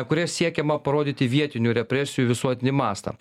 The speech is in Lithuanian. kuria siekiama parodyti vietinių represijų visuotinį mastą